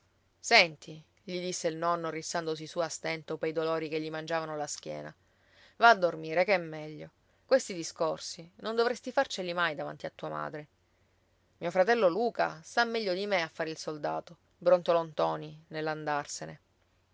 senti gli disse il nonno rizzandosi su a stento pei dolori che gli mangiavano la schiena va a dormire che è meglio questi discorsi non dovresti farceli mai davanti a tua madre mio fratello luca sta meglio di me a fare il soldato brontolò ntoni nell'andarsene